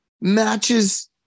matches